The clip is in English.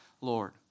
Lord